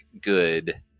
good